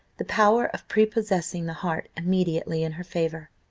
the power of prepossessing the heart immediately in her favour.